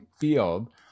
field